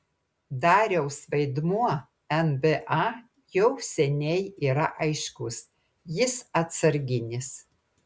dariaus vaidmuo nba jau seniai yra aiškus jis atsarginis